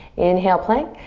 inhale, plank.